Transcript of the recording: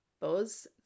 buzz